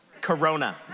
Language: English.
Corona